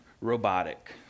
robotic